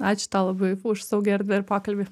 ačiū tau labai už saugią erdvę ir pokalbį